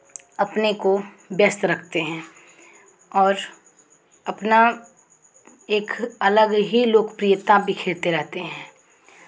अपने को व्यस्त रखते हैं और अपना एक अलग ही लोकप्रियता बिखेरते रहते हैं